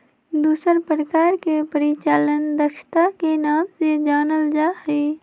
दूसर प्रकार के परिचालन दक्षता के नाम से जानल जा हई